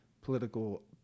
political